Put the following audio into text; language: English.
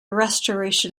restoration